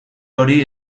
hori